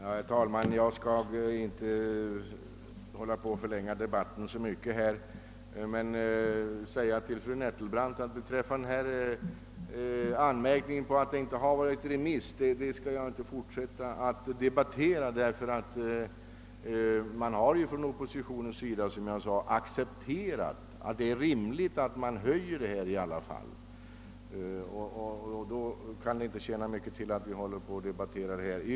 Herr talman! Anmärkningen att det inte har förekommit något remissförfarande skall jag inte fortsätta att debattera, fru Nettelbrandt. Som jag nämnde har oppositionen i alla fall accepterat att man höjer beskattningen, och då kan det inte tjäna mycket till att vi håller på och diskuterar den anmärkningen.